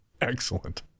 Excellent